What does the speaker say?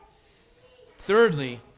Thirdly